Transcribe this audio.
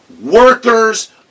workers